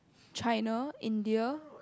China India